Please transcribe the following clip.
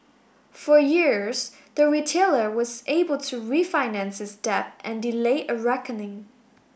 for years the retailer was able to refinance its debt and delay a reckoning